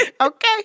Okay